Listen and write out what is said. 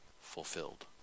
fulfilled